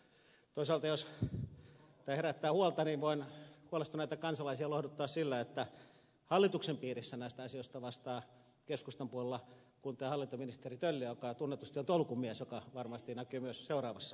toisaalta jos tämä herättää huolta niin voin huolestuneita kansalaisia lohduttaa sillä että hallituksen piirissä näistä asioista vastaa keskustan puolella hallinto ja kuntaministeri tölli joka tunnetusti on tolkun mies mikä varmasti näkyy myös seuraavassa puheenvuorossa